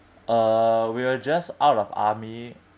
uh we were just out of army